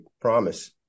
promise